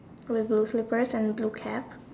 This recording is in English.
with blue slippers and blue cap